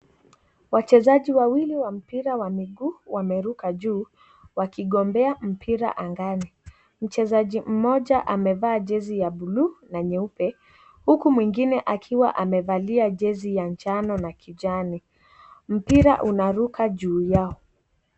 Wachezaji wawili ya mpira wa miguu wameruka juu wakigombea mpira angani mchezaji mmoja amevaa jezi ya bluu na nyeupe huku mwingine akiwa amevalia jezi ya njano na kijani, mpira unaruka juu yao.